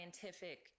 scientific